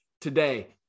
today